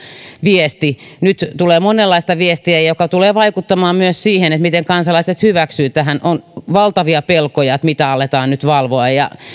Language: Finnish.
viesti nyt tulee monenlaista viestiä mikä tulee vaikuttamaan myös siihen miten kansalaiset hyväksyvät tämän on valtavia pelkoja siitä mitä nyt aletaan valvoa